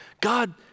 God